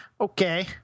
Okay